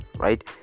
right